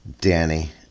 Danny